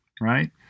right